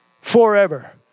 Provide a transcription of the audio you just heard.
forever